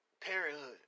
parenthood